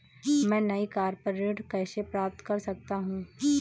मैं नई कार पर ऋण कैसे प्राप्त कर सकता हूँ?